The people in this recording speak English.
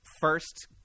First